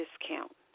discount